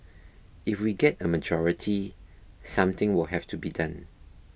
if we get a majority something will have to be done